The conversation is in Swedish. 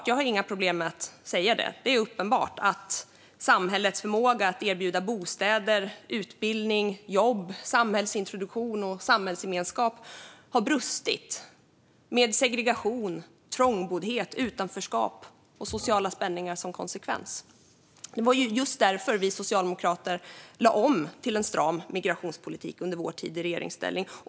Jag har inga problem med att säga att det är uppenbart att samhällets förmåga att erbjuda bostäder, utbildning, jobb, samhällsintroduktion och samhällsgemenskap har brustit, med segregation, trångboddhet, utanförskap och sociala spänningar som konsekvens. Det var därför vi socialdemokrater lade om till en stram migrationspolitik under vår tid i regeringsställning.